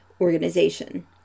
Organization